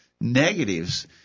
negatives